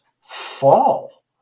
fall